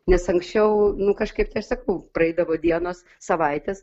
nes anksčiau nu kažkaip tai aš sakau praeidavo dienos savaitės